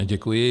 Děkuji.